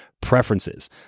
preferences